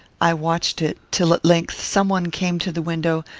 i watched it, till at length some one came to the window,